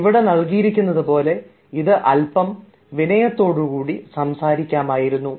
എന്നാൽ ഇവിടെ നൽകിയിരിക്കുന്നത് പോലെ ഇത് അല്പം വിനയത്തോടുകൂടി സംസാരിക്കാമായിരുന്നു